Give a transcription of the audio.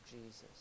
Jesus